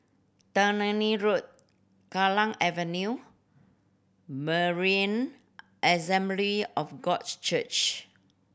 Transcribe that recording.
Tannery Road Kallang Avenue Berean Assembly of God Church